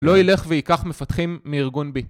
לא ילך וייקח מפתחים מארגון B